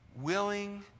willing